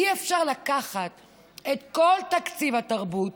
אי-אפשר לקחת את כל תקציב התרבות,